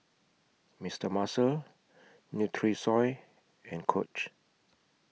Mister Muscle Nutrisoy and Coach